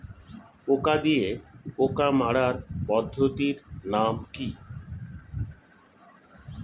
পোকা দিয়ে পোকা মারার পদ্ধতির নাম কি?